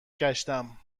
گشتم